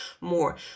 more